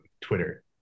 Twitter